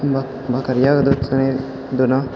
बकरिआके दूध चाही दुनो